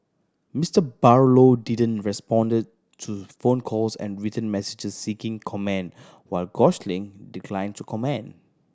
Mister Barlow didn't respond to phone calls and written messages seeking comment while Gosling declined to comment